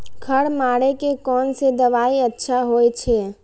खर मारे के कोन से दवाई अच्छा होय छे?